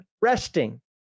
resting